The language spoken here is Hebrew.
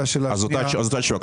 אז זו אותה תשובה?